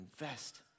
invest